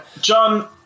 John